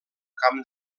camp